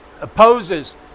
Opposes